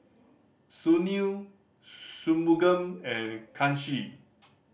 Sunil Shunmugam and Kanshi